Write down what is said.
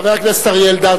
חבר הכנסת אריה אלדד,